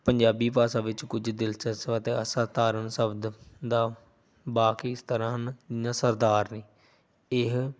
ਪੰਜਾਬੀ ਭਾਸ਼ਾ ਵਿੱਚ ਕੁਝ ਦਿਲਚਸਪ ਅਤੇ ਅਸਾਧਾਰਨ ਸ਼ਬਦ ਦਾ ਵਾਕ ਇਸ ਤਰ੍ਹਾਂ ਹਨ ਈਹਾਂ ਸਰਦਾਰਨੀ ਇਹ